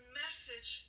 message